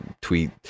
tweet